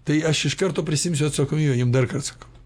tai aš iš karto prisiimsiu atsakomybę jum darkart sakau